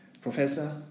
Professor